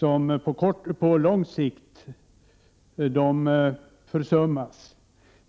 kan göras på lång sikt försummas.